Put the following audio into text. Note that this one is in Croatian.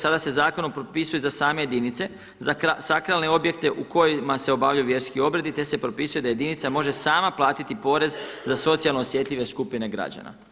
Sada se zakonom propisuje za same jedinice za sakralne objekte u kojima se obavljaju vjerski obredi, te se propisuje da jedinica može sama platiti porez za socijalno osjetljive skupine građana.